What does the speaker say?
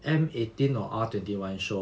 M eighteen or R twenty one show